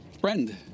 Friend